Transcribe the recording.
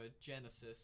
Genesis